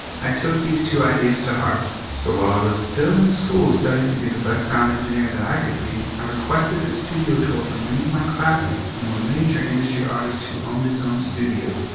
i took these two ideas to heart. so, while i was still in school studying to be the best sound engineer that i could be, i requested a studio tour for me and my classmates from a major industry artist who owned his own studio.